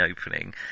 opening